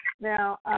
Now